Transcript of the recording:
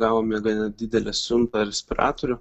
gavome gana didelę siuntą respiratorių